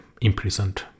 imprisoned